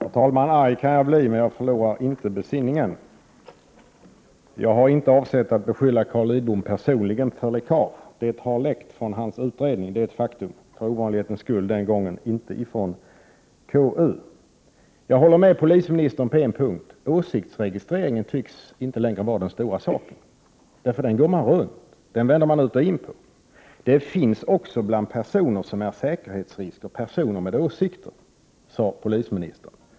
Herr talman! Arg kan jag bli, men jag förlorar inte besinningen. Jag har inte avsett att beskylla Carl Lidbom personligen för läckage. Det har läckt från hans utredning, det är ett faktum, men för ovanlighetens skull inte från KU. Jag håller med polisministern på en punkt: åsiktsregistreringen tycks inte längre vara den stora saken — den går man runt, den vänder man ut och in på. Det finns också bland personer som är säkerhetsrisker personer med åsikter, sade polisministern.